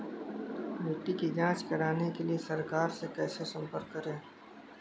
मिट्टी की जांच कराने के लिए सरकार से कैसे संपर्क करें?